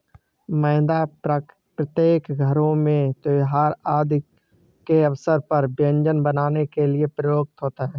मैदा प्रत्येक घरों में त्योहार आदि के अवसर पर व्यंजन बनाने के लिए प्रयुक्त होता है